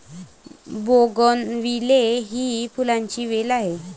bougainvillea ही फुलांची वेल आहे